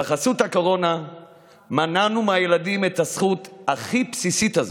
בחסות הקורונה מנענו מהילדים את הזכות הכי בסיסית הזו.